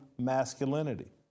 masculinity